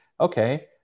okay